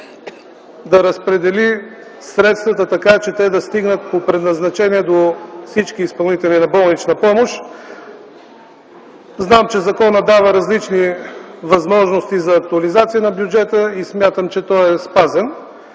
да разпредели средствата, така че те да стигнат по предназначение до всички изпълнители на болнична помощ. Зная, че законът дава различни възможности за актуализация на бюджета и че той е спазен.